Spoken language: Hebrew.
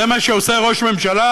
זה מה שעושה ראש ממשלה,